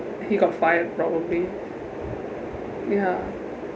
he got fired probably ya